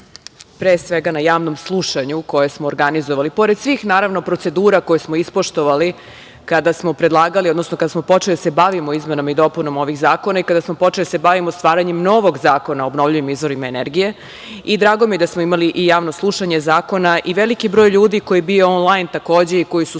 pre svega na Javnom slušanju koje smo organizovali, pored svih procedura koje smo ispoštovali kada smo predlagali, odnosno kada smo počeli da se bavimo izmenama i dopunama ovih zakona i kada smo počeli da se bavimo stvaranjem novog zakona o obnovljivim izvorima energije, i drago mi je da smo imali i Javno slušanje zakona, takođe i veliki broj ljudi koji je bio onlajn i koji su